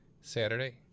Saturday